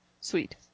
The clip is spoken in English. sweet